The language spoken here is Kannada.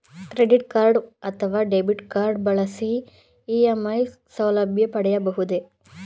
ಕ್ರೆಡಿಟ್ ಕಾರ್ಡ್ ಅಥವಾ ಡೆಬಿಟ್ ಕಾರ್ಡ್ ಬಳಸಿ ಇ.ಎಂ.ಐ ಸೌಲಭ್ಯ ಪಡೆಯಬಹುದೇ?